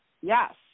Yes